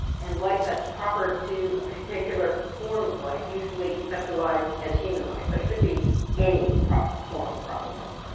and life that's proper to a particular form of life, usually conceptualized as human life, but it could be any, prop, form of proper life, right?